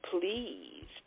Please